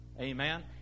Amen